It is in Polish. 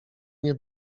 nie